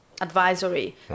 advisory